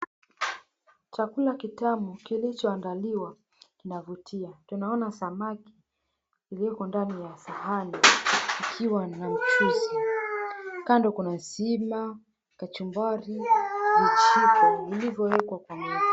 Chakula kitamu kilichoandaliwa kinavutia. Tunaona samaki iliyoko ndani ya sahani ikiwa na mchuzi. Kando kuna sima, kachumbari, vijiko vilivyowekwa pamoja.